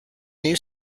new